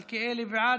חבר הכנסת מלכיאלי,